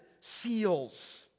seals